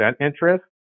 interest